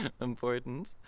important